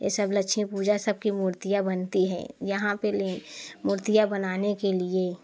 ये सब लक्ष्मी पूजा सब की मूर्तियाँ बनती है यहाँ पर मूर्तियाँ बनाने के लिए